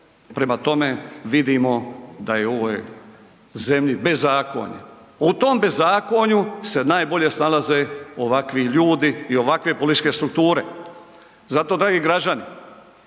Prema tome, vidimo da je u ovoj zemlji bezakonje. U tom bezakonju se najbolje snalaze ovakvi ljudi i ovakve političke strukture. Zato dragi građani,